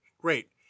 great